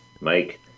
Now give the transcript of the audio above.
Mike